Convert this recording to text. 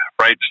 right